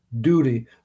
duty